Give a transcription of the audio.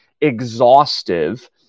exhaustive